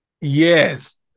Yes